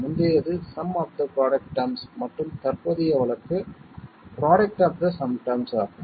முந்தையது sum of the product terms மற்றும் தற்போதைய வழக்கு product of the sum terms ஆகும்